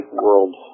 world